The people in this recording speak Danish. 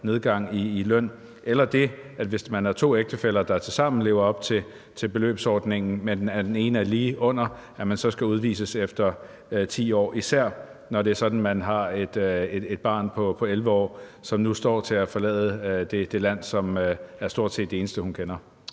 nedgang i lønnen eller det, at man, hvis man er to ægtefæller, der tilsammen lever op til beløbsordningen, men hvoraf den ene er lige under, så skal udvises efter 10 år, især når det er sådan, at man har et barn på 11 år, som nu står til at skulle forlade det land, som stort set er det eneste, hun kender.